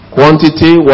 Quantity